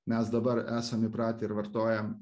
mes dabar esam įpratę ir vartojam